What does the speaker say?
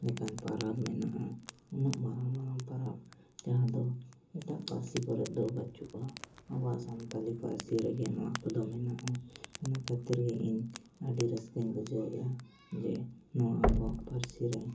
ᱞᱮᱠᱟᱱ ᱯᱚᱨᱚᱵᱽ ᱢᱮᱱᱟᱜᱼᱟ ᱱᱩᱱᱟᱹᱜ ᱢᱟᱨᱟᱝᱼᱢᱟᱨᱟᱝ ᱯᱚᱨᱚᱵᱽ ᱡᱟᱦᱟᱸᱫᱚ ᱮᱴᱟᱜ ᱯᱟᱹᱨᱥᱤ ᱠᱚᱨᱮᱫᱚ ᱵᱟᱪᱩᱜᱼᱟ ᱟᱵᱚᱣᱟᱜ ᱥᱟᱱᱛᱟᱞᱤ ᱯᱟᱹᱨᱥᱤ ᱨᱮᱜᱮ ᱱᱚᱣᱟ ᱠᱚᱫᱚ ᱢᱮᱱᱟᱜᱼᱟ ᱚᱱᱟ ᱠᱷᱟᱹᱛᱤᱨᱜᱮ ᱤᱧ ᱟᱹᱰᱤ ᱨᱟᱹᱥᱠᱟᱹᱧ ᱵᱩᱡᱷᱟᱹᱣᱮᱫᱼᱟ ᱡᱮ ᱱᱚᱣᱟ ᱟᱵᱚᱣᱟᱜ ᱯᱟᱹᱨᱥᱤᱨᱮ